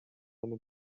and